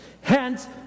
Hence